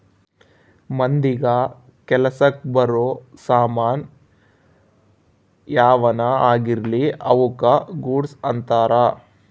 ಮಂದಿಗ ಕೆಲಸಕ್ ಬರೋ ಸಾಮನ್ ಯಾವನ ಆಗಿರ್ಲಿ ಅವುಕ ಗೂಡ್ಸ್ ಅಂತಾರ